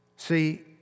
See